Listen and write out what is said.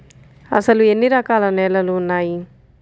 అసలు ఎన్ని రకాల నేలలు వున్నాయి?